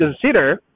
consider